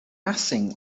nothing